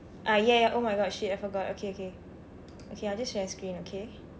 ah ya ya oh my god shit I forgot okay okay okay I'll just share screen okay